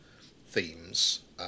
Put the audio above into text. themes